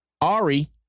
Ari